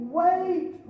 wait